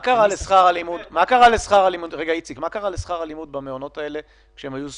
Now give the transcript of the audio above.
מה קרה לשכר הלימוד כשהמעונות היו סגורים?